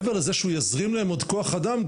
מעבר לזה שהוא יזרים להן עוד כח אדם,